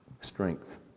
strength